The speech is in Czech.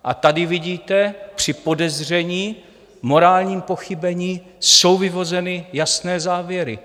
A tady vidíte, při podezření, morálním pochybení, jsou vyvozeny jasné závěry.